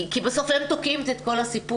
כי בסוף הם תוקעים את כל הסיפור.